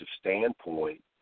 standpoint